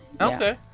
okay